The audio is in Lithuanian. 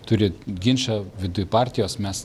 turi ginčą viduj partijos mes